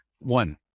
One